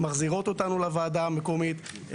מחזירות אותנו לוועדה המקומית,